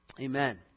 amen